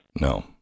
No